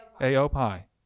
A-O-Pi